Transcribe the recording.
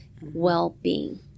well-being